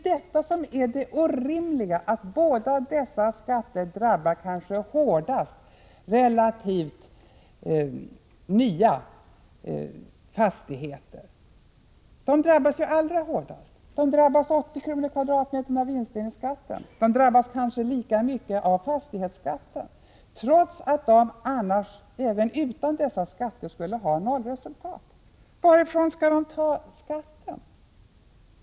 Det orimliga är just att båda dessa skatter drabbar relativt nya fastigheter allra hårdast, med 80 kr. per kvadratmeter av vinstdelningsskatten och kanske med lika mycket av fastighetsskatten, trots att de även utan dessa skatter skulle ha nollresultat. Varifrån skall de ta pengar till denna skatt?